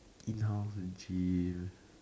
in-house gym